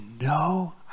no